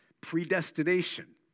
predestination